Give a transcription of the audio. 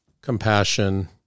compassion